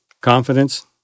confidence